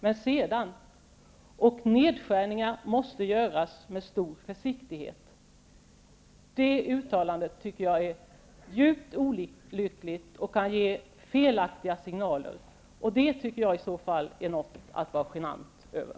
Men sedan fortsatte kulturministern på följande sätt: och nedskärningar måste göras med stor försiktighet. Jag tycker att det uttalandet är djupt olyckligt och kan ge felaktiga signaler. Det kan vara något att vara generad över.